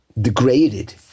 degraded